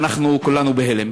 ואנחנו כולנו בהלם.